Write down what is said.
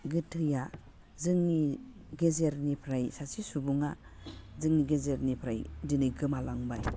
गोथैया जोंनि गेजेरनिफ्राय सासे सुबुङा जोंनि गेजेरनिफ्राय दिनै गोमालांबाय